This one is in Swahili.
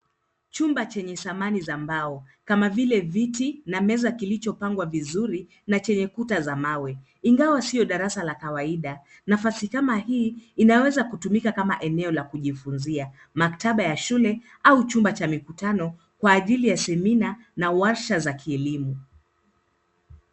Chumba chenye samani za mbao kama vile viti na meza kilichopangwa vizuri na chenye kuta za mawe. Ingawa sio darasa la kawaida, nafasi kama hii inaweza kutumika kama eneo la kujifunzia, maktaba ya shule au chumba cha mikutano kwa ajili ya semina na warsha za kielimu.